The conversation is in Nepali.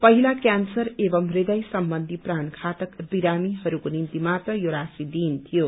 पहिला केन्सर एवमं हृदय सम्बन्धी प्राण घातक विमारीहरूको निम्ति मात्र यो राशि दिइन्थ्यो